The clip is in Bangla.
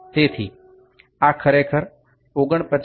সুতরাং এটি আসলে ৪৯ থেকে ৫০